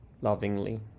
lovingly